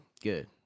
Good